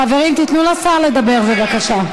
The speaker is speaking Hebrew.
חברים, תנו לשר לדבר בבקשה.